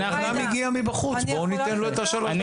בואו נאפשר לו.